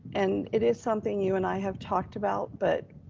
and it is something you and i have talked about, but,